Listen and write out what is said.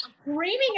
screaming